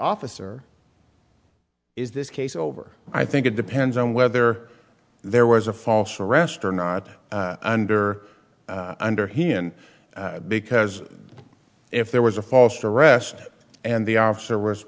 officer is this case over i think it depends on whether there was a false arrest or not under under he and because if there was a false arrest and the officer was